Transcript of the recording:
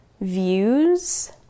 views